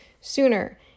sooner